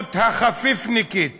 ההתנהלות החפיפניקית